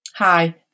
Hi